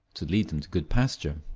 to lead them to good pasture,